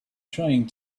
trying